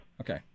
okay